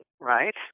right